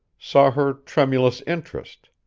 saw her tremulous interest.